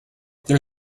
there